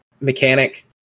mechanic